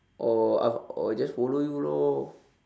or I I will just follow you lor